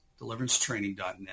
deliverancetraining.net